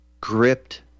gripped